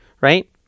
right